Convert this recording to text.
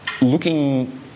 Looking